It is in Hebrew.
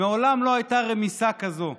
מעולם לא הייתה רמיסה כזאת.